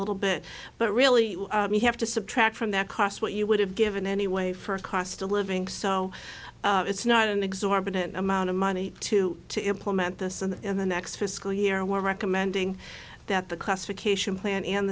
little bit but really you have to subtract from their cost what you would have given anyway for a cost of living so it's not an exorbitant amount of money to to implement this and in the next fiscal year we're recommending that the classification plan and